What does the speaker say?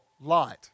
light